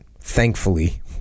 thankfully